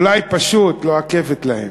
אולי פשוט לא, להם.